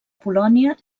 polònia